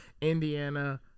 Indiana